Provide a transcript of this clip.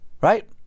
right